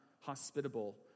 hospitable